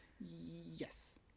Yes